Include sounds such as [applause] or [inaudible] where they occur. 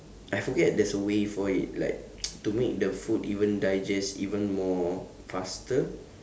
I forget there's a way for it like [noise] to make the food even digest even more faster